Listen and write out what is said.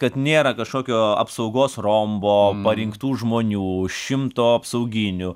kad nėra kažkokio apsaugos rombo parinktų žmonių šimto apsauginių